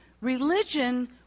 religion